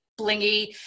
blingy